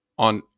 On